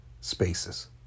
spaces